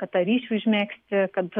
kad tą ryšį užmegzti kad